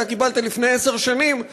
אתה קיבלת לפני עשר שנים,